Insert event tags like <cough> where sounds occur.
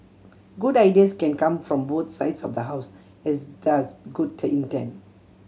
good ideas can come from both sides of the House as does good <unintelligible> intent